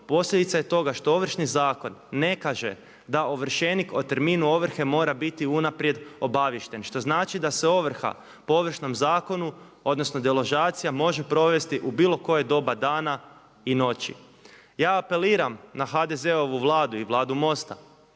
posljedica je toga što Ovršni zakon ne kaže da ovršenik o terminu ovrhe mora biti unaprijed obaviješten što znači da se ovrha po Ovršnom zakonu odnosno deložacija može provesti u bilo koje doba dana i noći. Ja apeliram na HDZ-ovu Vladu i Vladu MOST-a